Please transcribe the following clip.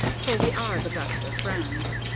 for we are the best of friends.